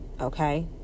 Okay